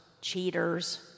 cheaters